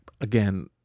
again